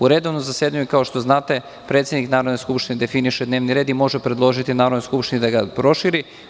U redovnom zasedanju predsednik Narodne skupštine definiše dnevni red i može predložiti Narodnoj skupštini da ga proširi.